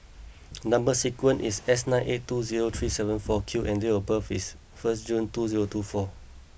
number sequence is S nine eight two zero three seven four Q and date of birth is first June two zero two four